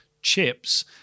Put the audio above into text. chips